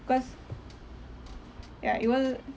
cause ya it was